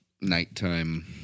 nighttime